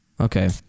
okay